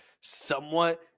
somewhat